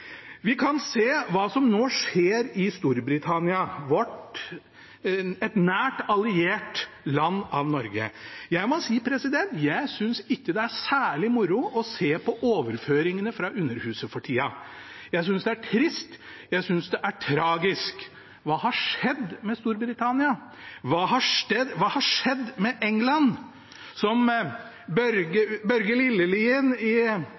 Vi kan se hva som skjer i Storbritannia nå – et nært, alliert land. Jeg må si at jeg synes ikke det er særlig moro å se på overføringene fra Underhuset for tida. Jeg synes det er trist, jeg synes det er tragisk. Hva har skjedd med Storbritannia? Hva har skjedd med England, som Bjørge Lillelien under fotballandskampen i